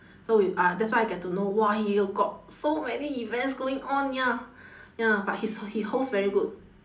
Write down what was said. so we uh that's why I get to know !wah! he got so many events going on ya ya but his he host very good